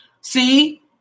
See